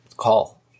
call